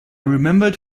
remembered